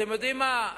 אתם יודעים מה,